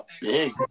big